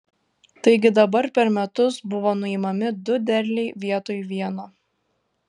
taigi dabar per metus buvo nuimami du derliai vietoj vieno